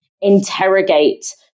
interrogate